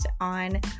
on